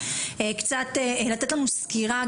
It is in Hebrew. לתת לנו סקירה,